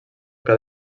que